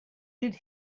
did